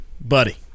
buddy